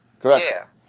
Correct